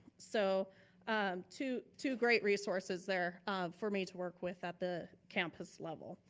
so um two two great resources there for me to work with at the campus level.